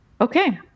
Okay